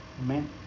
Amen